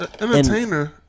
entertainer